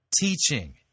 teaching